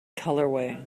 colorway